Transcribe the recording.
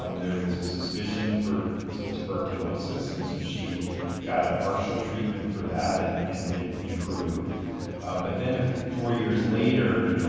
um there was a suspicion for tuberculosis and so, she got a partial treatment for that and and did improve but then four years later,